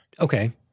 okay